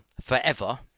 forever